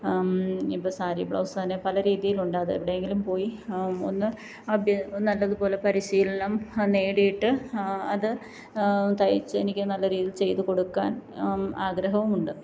ഇപ്പോൾ സാരീ ബ്ലൗസന്നെ പല രീതിയിലുണ്ട് അത് എവിടെയെങ്കിലും പോയി ഒന്ന് അഭ്യസം ഒന്ന് നല്ലതുപോലെ പരിശീലനം നേടിയിട്ട് അത് തെയ്ച്ച് എനിക്ക് നല്ല രീതിയിൽ ചെയ്തുകൊടുക്കാൻ ആഗ്രഹവുമുണ്ട്